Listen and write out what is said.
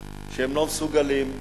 שהם לא מסוגלים,